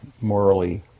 morally